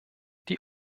die